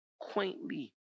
quaintly